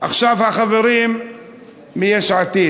עכשיו החברים מיש עתיד,